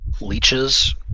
leeches